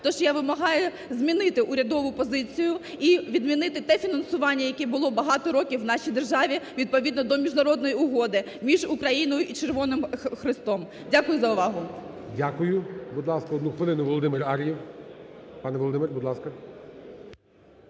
Тож я вимагаю змінити урядову позицію – і відмінити те фінансування, яке було багато років в нашій державі відповідно до міжнародної угоди між Україною і Червоним Хрестом. Дякую за увагу. ГОЛОВУЮЧИЙ. Дякую. Будь ласка, одну хвилину Володимир Ар'єв. Пане Володимир, будь ласка.